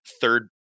third